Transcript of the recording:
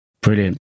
Brilliant